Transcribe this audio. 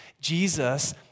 Jesus